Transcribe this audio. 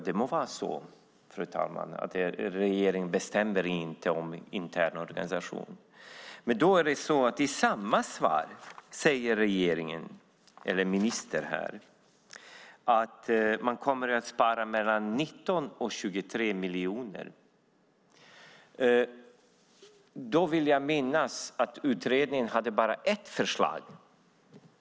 Det må vara så, fru talman, att regeringen inte bestämmer om den interna organisationen, men i samma svar säger ministern att man kommer att spara mellan 19 och 23 miljoner. Jag vill minnas att utredningen bara hade ett förslag.